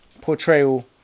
portrayal